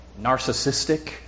narcissistic